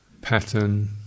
pattern